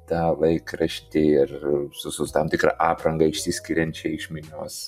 tą laikraštį ir su tam tikra apranga išsiskiriančia iš minios